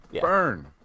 burn